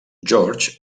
george